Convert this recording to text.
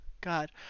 God